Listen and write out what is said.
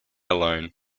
alone